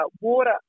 water